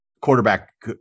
quarterback